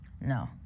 No